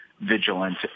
vigilant